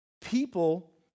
people